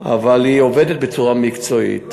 אבל היא עובדת בצורה מקצועית.